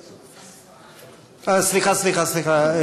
סליחה, סליחה.